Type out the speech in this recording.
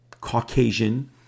Caucasian